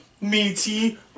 meaty